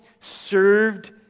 served